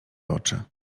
oczy